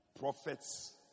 prophets